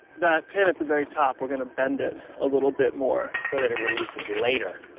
that pin at the very top, we're gonna bend it a little bit more. so that it releases later.